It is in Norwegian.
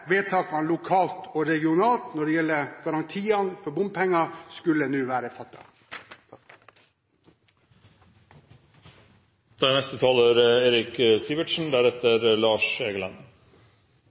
vedtakene lokalt og regionalt når det gjelder garantier for bompenger, skulle nå være